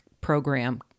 program